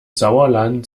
sauerland